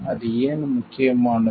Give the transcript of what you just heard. அது ஏன் முக்கியமானது